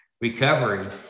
recovery